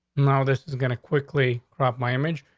now, this is going to quickly cropped my image.